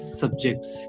subjects